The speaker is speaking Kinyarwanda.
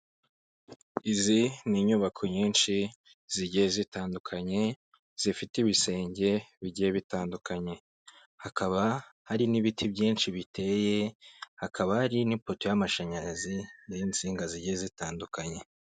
Izi ni inyubako nyinshi zigiye zitandukanye, zifite ibisenge bigiye bitandukanye, hakaba hari n'ibiti byinshi biteye, hakaba hari n'ipoto y'amashanyarazi n'insinga zigiye zitandukanye.